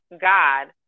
God